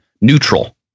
neutral